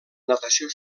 natació